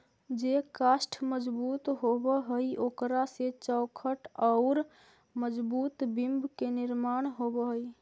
जे काष्ठ मजबूत होवऽ हई, ओकरा से चौखट औउर मजबूत बिम्ब के निर्माण होवऽ हई